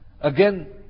Again